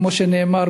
כמו שנאמר,